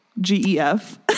G-E-F